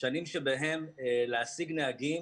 שנים שבהן להשיג נהגים